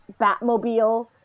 batmobile